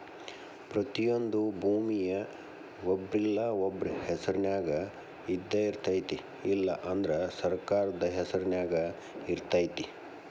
ಪ್ರತಿಯೊಂದು ಭೂಮಿಯ ಒಬ್ರಿಲ್ಲಾ ಒಬ್ರ ಹೆಸರಿನ್ಯಾಗ ಇದ್ದಯಿರ್ತೈತಿ ಇಲ್ಲಾ ಅಂದ್ರ ಸರ್ಕಾರದ ಹೆಸರು ನ್ಯಾಗ ಇರ್ತೈತಿ